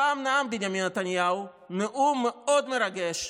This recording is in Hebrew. פעם נאם בנימין נתניהו נאום מאוד מרגש,